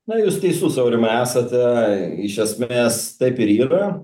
na jūs teisus aurimai esate iš esmės taip ir yra